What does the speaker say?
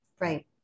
Right